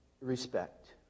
respect